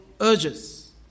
urges